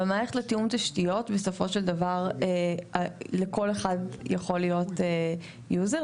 במערכת לתיאום תשתיות בסופו של דבר לכל אחד יכול להיות יוזר,